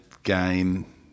game